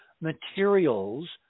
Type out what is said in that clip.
materials